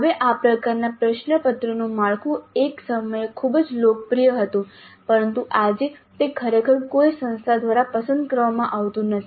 હવે આ પ્રકારના પ્રશ્નપત્રનું માળખું એક સમયે ખૂબ જ લોકપ્રિય હતું પરંતુ આજે તે ખરેખર કોઈ સંસ્થા દ્વારા પસંદ કરવામાં આવતું નથી